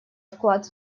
вклад